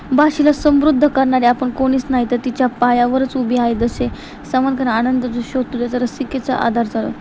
भाषेला समृद्ध करणारे आपण कोणीच नाही तर तिच्या पायावरच उभी आहे जसे